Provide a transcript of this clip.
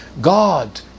God